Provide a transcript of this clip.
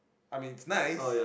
I mean nice